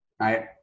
right